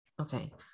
Okay